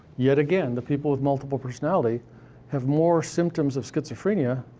yet again, the people with multiple personality have more symptoms of schizophrenia,